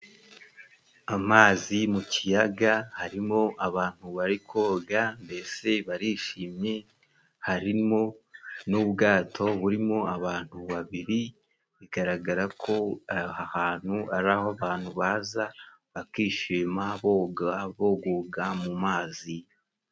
Amazi mu kiyaga harimo abantu bari koga mbese barishimye, harimo n'ubwato burimo abantu babiri, bigaragara ko aha hantu ari aho abantu baza, bakishima boga bogoga mu mazi.